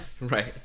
Right